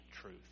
truth